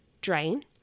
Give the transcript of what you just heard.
drain